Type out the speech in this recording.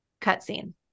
Cutscene